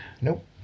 Nope